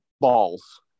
balls